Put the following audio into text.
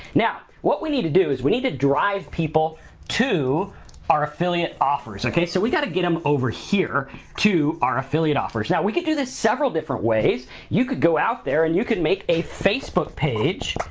now, what we need to do is we need to drive people to our affiliate offers, okay? so, we gotta get em over here to our affiliate offers. now, we could do this several different ways. you can go out there and you can make a facebook page